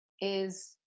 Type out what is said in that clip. is-